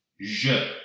Je